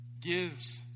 gives